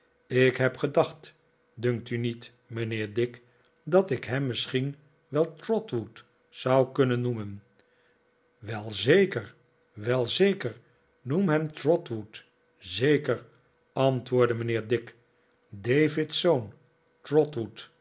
ik heb gedacht dunkt u niet mijnheer dick dat ik hem misschien wel trotwood zou kunnen noemen wel zeker wel zeker noem hem trotwoord zeker antwoordde mijnheer dick david's